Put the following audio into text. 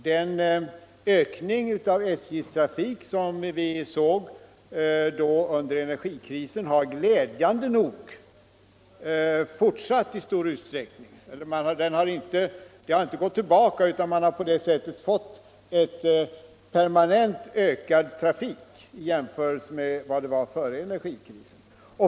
Den ökning av SJ:s trafik som vi såg under energikrisen har glädjande nog inte vänt, utan man har fått en permanent ökad trafik i jämförelse med förhållandena före energikrisen.